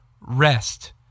rest